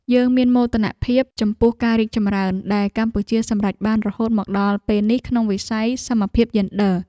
យើងមានមោទនភាពចំពោះការរីកចម្រើនដែលកម្ពុជាសម្រេចបានរហូតមកដល់ពេលនេះក្នុងវិស័យសមភាពយេនឌ័រ។